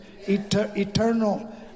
eternal